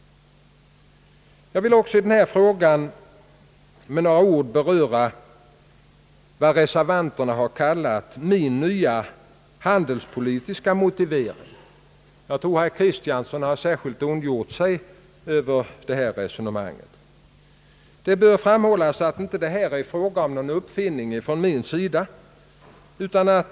Jag vill också med några ord beröra vad reservanterna har kallat »min nya handelspolitiska motivering». Jag tror att herr Kristiansson särskilt har ondgjort sig över mitt resonemang. Det bör framhållas att detta inte är någon uppfinning från min sida.